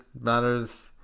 matters